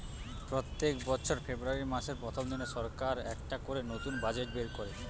পোত্তেক বছর ফেব্রুয়ারী মাসের প্রথম দিনে সরকার একটা করে নতুন বাজেট বের কোরে